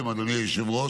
אדוני היושב-ראש,